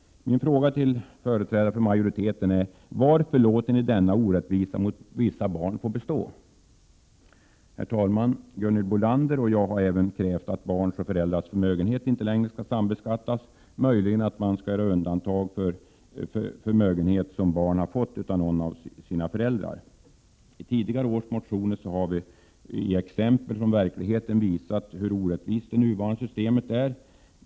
Herr talman! Gunhild Bolander och jag har även krävt att barns och föräldrars förmögenhet inte längre skall sambeskattas — möjligen med undantag av förmögenhet som barn har fått av någon av sina föräldrar. I tidigare års motioner har vi med exempel från verkligheten visat hur orättvist det nuvarande systemet är.